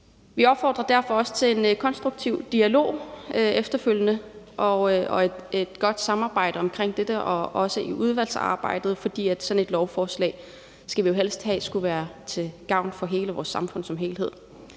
Vi opfordrer derfor også til en efterfølgende konstruktiv dialog og et godt samarbejde om dette, også i udvalgsarbejdet, for sådan et lovforslag skulle jo helst være til gavn for vores samfund som helhed.